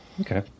Okay